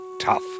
tough